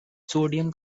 sodium